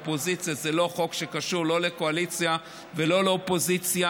אופוזיציה: זה לא חוק שקשור לא לקואליציה ולא לאופוזיציה.